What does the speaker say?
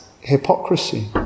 hypocrisy